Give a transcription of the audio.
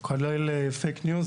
כולל פייק ניוז,